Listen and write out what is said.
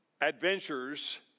adventures